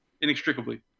inextricably